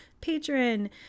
patron